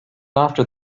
after